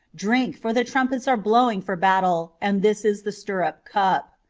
drink, for the trumpets are blowing for battle, and this is the stirrup cup.